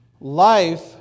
Life